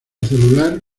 celular